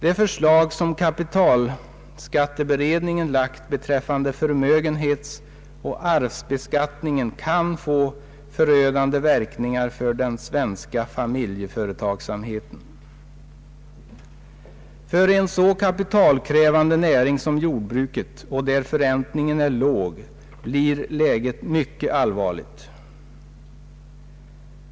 Det förslag som kapitalskatteberedningen lagt fram beträffande förmögenhetsoch arvsbeskattningen kan få förödande verkningar för den svenska familjeföretagsamheten. För en så kapitalkrävande näring som jordbruket, där också förräntningen är låg, blir läget mycket allvarligt.